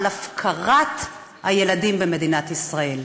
על הפקרת הילדים במדינת ישראל.